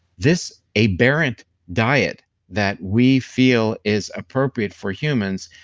this aberrant diet that we feel is appropriate for humans,